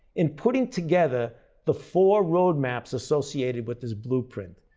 in putting together the four roadmaps associated with this blueprint.